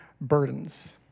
burdens